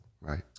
Right